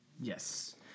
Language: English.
Yes